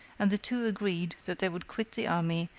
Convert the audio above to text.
and the two agreed that they would quit the army,